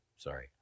Sorry